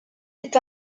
est